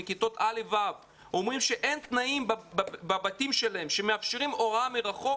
מכיתות א' ו' אומרים שאין תנאים בבתים שלהם שמאפשרים הוראה מרחוק,